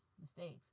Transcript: mistakes